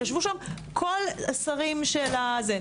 שישבו שם כל השרים של הזה.